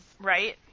right